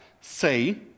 say